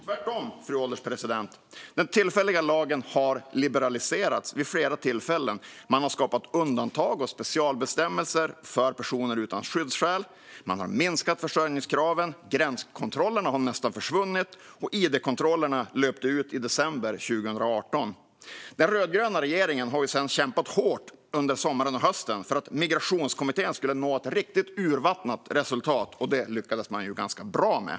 Tvärtom har den tillfälliga lagen liberaliserats vid flera tillfällen. Man har skapat undantag och specialbestämmelser för personer utan skyddsskäl. Man har minskat försörjningskraven. Gränskontrollerna har nästan försvunnit, och id-kontrollerna löpte ut i december 2018. Den rödgröna regeringen har sedan kämpat hårt under sommaren och hösten för att Migrationskommittén skulle nå ett riktigt urvattnat resultat, och det lyckades man ganska bra med.